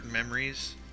memories